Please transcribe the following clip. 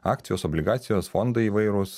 akcijos obligacijos fondai įvairūs